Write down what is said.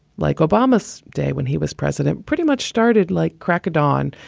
like obama's day when he was president, pretty much started like crack dawn,